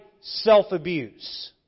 self-abuse